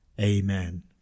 Amen